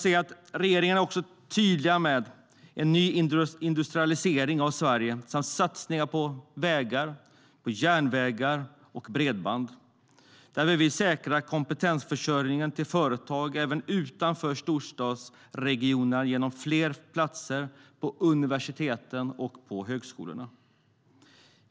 Regeringen är tydlig med en ny industrialisering av Sverige samt med satsningar på vägar, järnvägar och bredband. Vi vill säkra kompetensförsörjningen till företagen även utanför storstadsregionerna genom fler platser på universiteten och högskolorna.